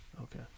Okay